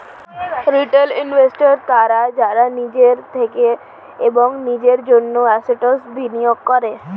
retail investors তারা যারা নিজের থেকে এবং নিজের জন্য অ্যাসেট্স্ বিনিয়োগ করে